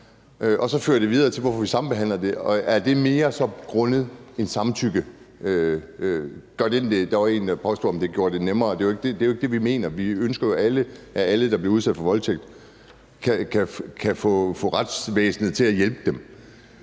og så fører det videre til, hvorfor vi sambehandler det. Og er »det mere« så grundet samtykkeloven. Der var en, der spurgte, om det gjorde det nemmere. Det er jo ikke det, vi mener. Vi ønsker jo, at alle, der bliver udsat for voldtægt, kan blive hjulpet af retsvæsenet.